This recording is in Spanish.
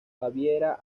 baviera